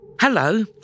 Hello